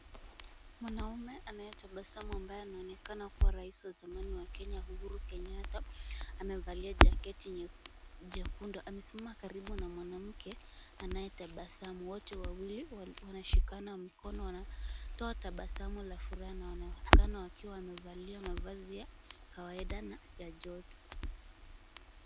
Mwanamume anayetabasamu ambaye anaonekana kuwa rais wa zamani wa Kenya, Uhuru Kenyatta, amevalia jaketi jekundu, amesimama karibu na mwanamke anayetabasamu, wote wawili wanashikana mkono wakitoa tabasamu la furaha na wanaonekana wakiwa wamevalia mavazi ya kawaida na ya joto.